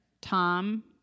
tom